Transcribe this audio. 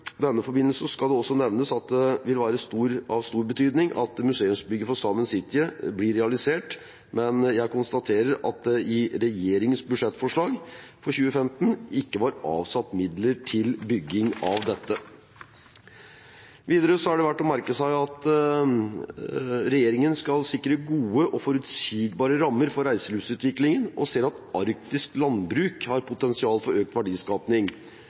denne forbindelse skal det også nevnes at det vil være av stor betydning at museumsbygget for Saemien Sijte blir realisert, men jeg konstaterer at det i regjeringens budsjettforslag for 2015 ikke var avsatt midler til bygging av dette. Videre er det verdt å merke seg at regjeringen skal sikre gode og forutsigbare rammer for reiselivsutviklingen og ser at arktisk landbruk har potensial for økt